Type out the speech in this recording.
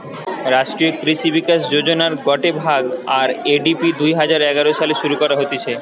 রাষ্ট্রীয় কৃষি বিকাশ যোজনার গটে ভাগ, আর.এ.ডি.পি দুই হাজার এগারো সালে শুরু করা হতিছে